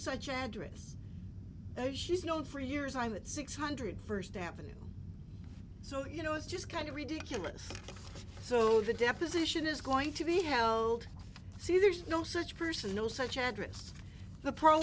such address those she's known for years i'm at six hundred first avenue so you know it's just kind of ridiculous so the deposition is going to be held see there's no such person no such address the pro